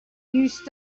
used